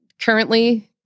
Currently